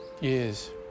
years